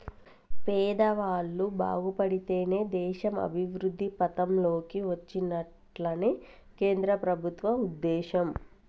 పేదవాళ్ళు బాగుపడితేనే దేశం అభివృద్ధి పథం లోకి వచ్చినట్లని కేంద్ర ప్రభుత్వం ఉద్దేశం